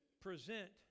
present